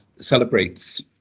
celebrates